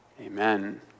Amen